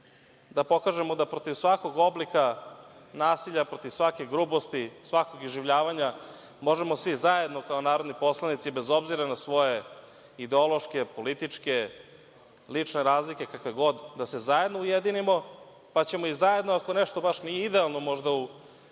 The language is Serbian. da pokažemo da protiv svakog oblika nasilja, protiv svake grubosti, svakog iživljavanja možemo svi zajedno kao narodni poslanici, bez obzira na svoje ideološke, političke, lične razlike, kakve god, da se zajedno ujedinimo, pa ćemo i zajedno ako baš nešto i nije idealno možda u zakonu,